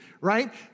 right